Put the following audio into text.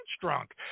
drunk